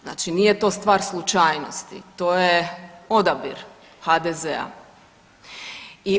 Znači nije to stvar slučajnosti to je odabir HDZ-a.